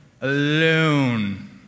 alone